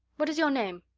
what is your name?